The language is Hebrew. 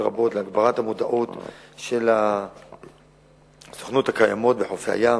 פועל רבות להגברת המודעות לסכנות הקיימות בחופי הים,